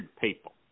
people